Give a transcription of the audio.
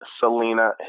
Selena